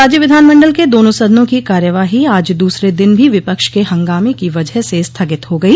राज्य विधानमंडल के दोनों सदनों की कार्यवाही आज दूसरे दिन भी विपक्ष के हंगामे की वजह से स्थगित हो गई